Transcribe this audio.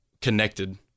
connected